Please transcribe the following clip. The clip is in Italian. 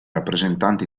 rappresentante